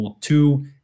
two